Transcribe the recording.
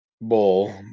bowl